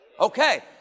Okay